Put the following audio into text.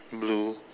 blue